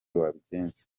wabigenza